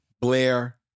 Blair